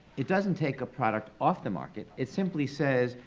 it doesn't take a product off the market, it simply says,